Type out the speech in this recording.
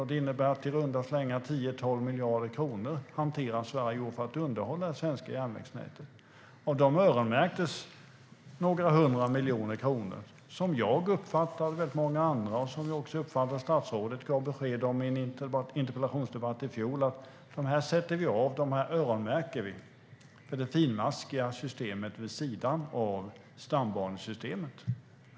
Det innebär att i runda slängar 10-12 miljarder kronor hanteras varje år för att underhålla det svenska järnvägsnätet. Av dessa pengar öronmärktes några hundra miljoner kronor. Som jag och många har uppfattat det gav statsrådet i en interpellationsdebatt i fjol besked om att dessa pengar skulle öronmärkas till det finmaskiga systemet vid sidan av stambanesystemet.